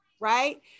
right